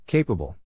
Capable